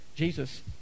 Jesus